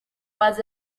was